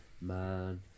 man